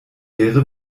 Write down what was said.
wäre